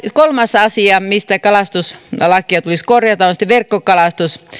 kolmas asia mistä kalastuslakia tulisi korjata on sitten verkkokalastus